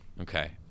Okay